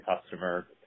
customer